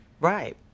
Right